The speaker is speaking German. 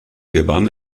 gewann